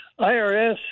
IRS